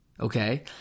Okay